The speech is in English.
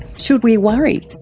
should we worry?